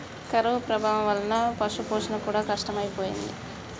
కరువు ప్రభావం వలన పశుపోషణ కూడా కష్టమైపోయింది